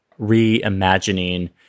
reimagining